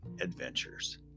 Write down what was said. adventures